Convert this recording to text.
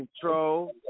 control